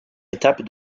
étape